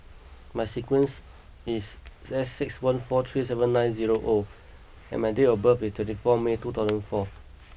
my sequence is S six one four three seven nine zero O and my date of birth is twenty four May two thousand four